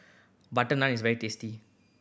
butter naan is very tasty